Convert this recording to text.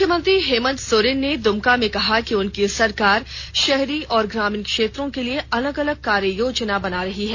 मुख्यमंत्री हेमंत सोरेन ने दुमका में कहा कि उनकी सरकार शहरी और ग्रामीण क्षेत्र के लिए अलग अॅलग कार्य योजना बना रही है